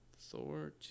Thor